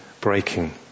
breaking